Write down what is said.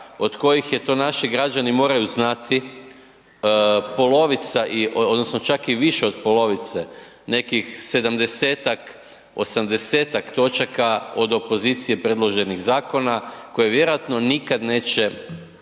od kojih je, to naši građani moraju znati polovica odnosno čak i više od polovice nekih 70-ak, 80-ak točaka od opozicije predloženih zakona koji vjerojatno nikada neće